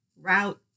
route